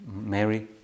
Mary